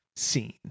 Scene